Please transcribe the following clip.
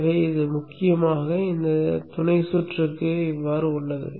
எனவே இது முக்கியமாக இந்த துணை சுற்றுக்கு இவ்வாறு உள்ளது